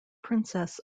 princess